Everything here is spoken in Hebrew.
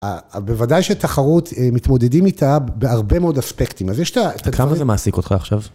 בוודאי שתחרות, מתמודדים איתה בהרבה מאוד אספקטים, אז יש את הדברים... כמה זה מעסיק אותך עכשיו?